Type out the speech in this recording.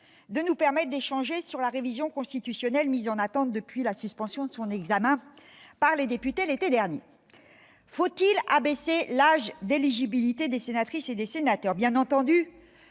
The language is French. de nous permettre d'échanger sur la révision constitutionnelle, mise en attente depuis la suspension de son examen par les députés l'été dernier. Faut-il abaisser l'âge d'éligibilité des sénatrices et sénateurs ?